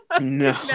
No